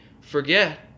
forget